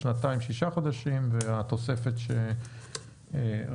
שישה חודשים במקום שנתיים והתוספת שהוספנו.